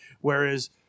whereas